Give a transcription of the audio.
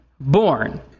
born